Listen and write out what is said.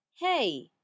hey